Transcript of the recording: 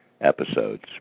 episodes